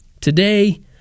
today